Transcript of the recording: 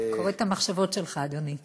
אני קוראת את המחשבות שלך, אדוני.